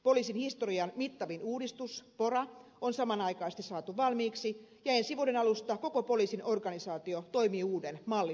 poliisin historian mittavin uudistus pora on samanaikaisesti saatu valmiiksi ja ensi vuoden alusta koko poliisin organisaatio toimii uuden mallin mukaisesti